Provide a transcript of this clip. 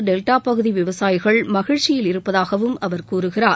delta பகுதி விவசாயிகள் மகிழ்ச்சியில் இருப்பதாகவும் அவர் கூறுகிறார்